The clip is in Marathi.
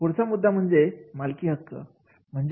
पुढचा मुद्दा म्हणजे मालकीहक्क